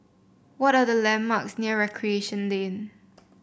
what are the landmarks near Recreation Lane